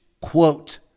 quote